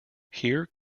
here